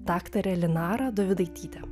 daktarę linarą dovydaitytę